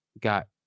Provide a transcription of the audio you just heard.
got